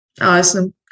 awesome